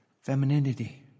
femininity